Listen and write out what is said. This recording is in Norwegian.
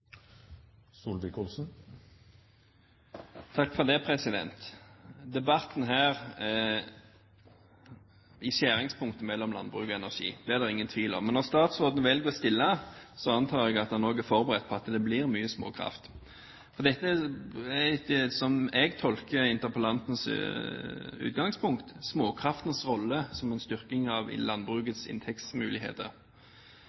det ingen tvil om. Når statsråden velger å stille, antar jeg at han også er forberedt på at det blir mye snakk om småkraft. Dette dreier seg om, slik jeg tolker interpellantens utgangspunkt, småkraftens rolle som en styrking av